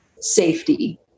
safety